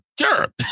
Sure